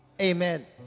Amen